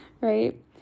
Right